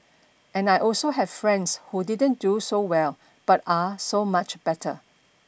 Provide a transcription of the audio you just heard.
and I also have friends who didn't do so well but are so much better